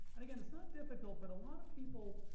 and again, it's not difficult, but a lot of people